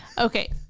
okay